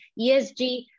ESG